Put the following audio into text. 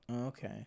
Okay